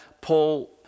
Paul